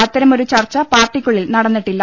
അത്തരമൊരു ചർച്ച പാർട്ടി ക്കുള്ളിൽ നടന്നിട്ടില്ല